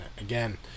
again